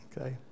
Okay